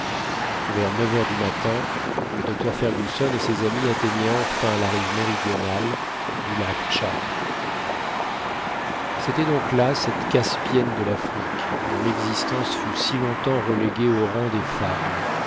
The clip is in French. vers neuf heures du matin le docteur fergusson et ses amis atteignaient enfin la rive méridionale du lac tchad c'était donc là cette caspienne de l'afrique dont l'existence fut si longtemps reléguée au rang des fables